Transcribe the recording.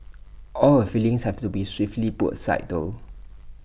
all her feelings have to be swiftly put aside though